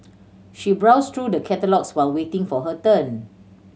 she browsed through the catalogues while waiting for her turn